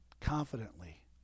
confidently